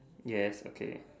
yes okay